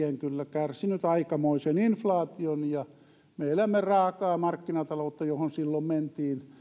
kärsinyt aikamoisen inflaation me elämme raakaa markkinataloutta johon silloin mentiin ja se näkyy nyt